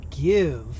give